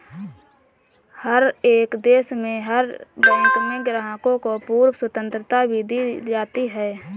हर एक देश में हर बैंक में ग्राहकों को पूर्ण स्वतन्त्रता भी दी जाती है